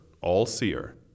all-seer